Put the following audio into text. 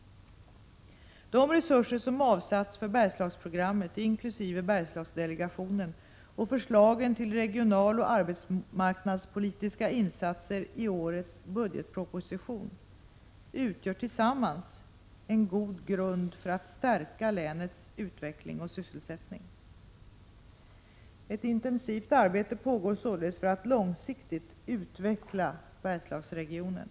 De resurser som avsatts för Bergslagsprogrammet inkl. Bergslagsdelegationen och förslagen till regionaloch arbetsmarknadspolitiska insatser i årets budgetproposition utgör tillsammans en god grund för att stärka länets utveckling och sysselsättning. Ett intensivt arbete pågår således för att långsiktigt utveckla Bergslagsregionen.